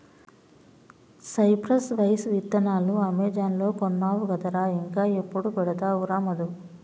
cypress vine విత్తనాలు Amazon లో కొన్నావు కదరా ఇంకా ఎప్పుడు పెడతావురా మధు